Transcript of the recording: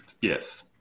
Yes